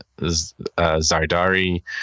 Zardari